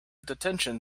detention